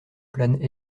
plane